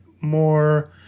more